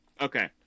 okay